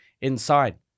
inside